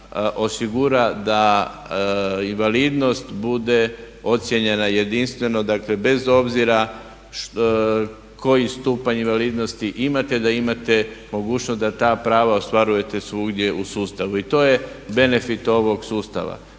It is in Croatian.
osigura da invalidnost bude ocjenjena jedinstveno, dakle bez obzira koji stupanj invalidnosti imate da imate mogućnost da ta prava ostvarujete svugdje u sustavu. I to je benefit ovog sustava.